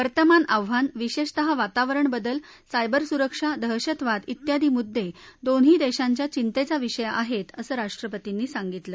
वर्तमान आव्हान विशेषतः वातवावरण बदल सायबर सुरक्षा दहशतवाद उ्यादी मुद्दे दोन्ही देशांच्या चिंतेचा विषय आहेत असं राष्ट्रपतींनी सांगितलं